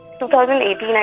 2018